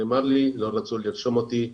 נאמר לי שלא רצו לרשום אותי כנשוי,